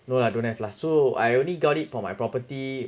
no lah don't have lah so I only got it from my property